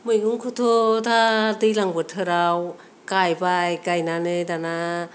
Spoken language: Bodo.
मैगंखौथ' दा दैज्लां बोथोराव गायबाय गायनानै दाना